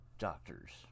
doctors